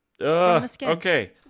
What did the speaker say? Okay